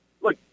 Look